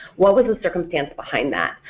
what was the circumstance behind that?